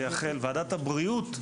ועדת הבריאות,